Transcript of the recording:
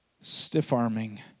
Stiff-arming